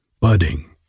budding